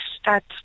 start